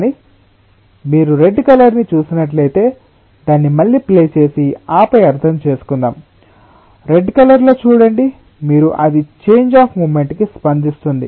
కానీ మీరు red colour ని చూసినట్లయితే దాన్ని మళ్లీ ప్లే చేసి ఆపై అర్థం చేసుకుందాం రెడ్ కలర్ లో చూడండి మరియు అది చేంజ్ అఫ్ మొమెంటం కి స్పందిస్తుంది